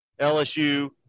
LSU –